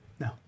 No